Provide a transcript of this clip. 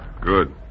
Good